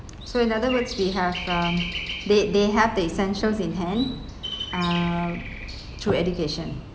so in other words we have um they they have the essentials in hand uh through education